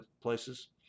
places